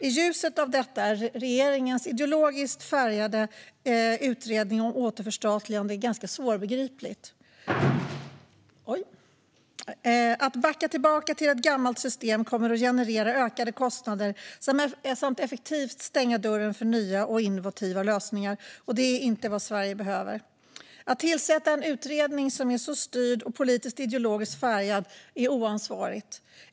I ljuset av detta är regeringens ideologiskt färgade utredning om återförstatligande ganska svårbegriplig. Att backa tillbaka till ett gammalt system kommer att generera ökade kostnader samt effektivt stänga dörren för nya och innovativa lösningar. Det är inte vad Sverige behöver. Att tillsätta en utredning som är så styrd och politiskt ideologiskt färgad är oansvarigt.